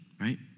right